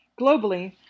Globally